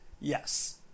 yes